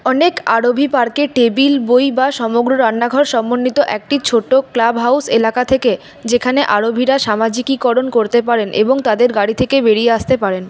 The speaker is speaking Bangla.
অনেক আরভি পার্কে টেবিল বই বা সমগ্র রান্নাঘর সমন্বিত একটি ছোটো ক্লাব হাউস এলাকা থেকে যেখানে আরভিরা সামাজিকীকরণ করতে পারেন এবং তাদের গাড়ি থেকে বেরিয়ে আসতে পারেন